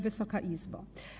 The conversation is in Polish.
Wysoka Izbo!